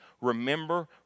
Remember